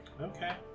Okay